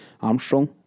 Armstrong